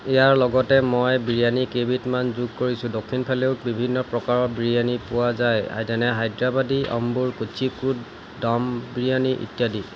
ইয়াৰ লগতে মই বিৰিয়ানি কেইবিধমান যোগ কৰিছোঁ দক্ষিণফালেও বিভিন্ন প্ৰকাৰৰ বিৰিয়ানি পোৱা যায় যেনে হায়দৰাবাদি অম্বুৰ কোঝিকোড দম বিৰিয়ানি ইত্যাদি